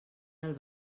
del